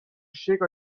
shake